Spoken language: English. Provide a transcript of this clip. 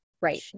right